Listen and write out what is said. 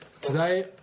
today